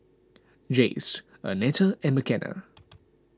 Jace Arnetta and Mckenna